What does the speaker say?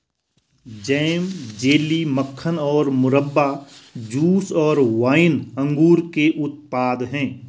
jam, jelly, मक्खन और मुरब्बा, जूस और वाइन अंगूर के उत्पाद हैं